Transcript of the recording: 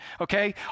okay